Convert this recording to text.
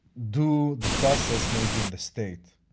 do the process maybe in the states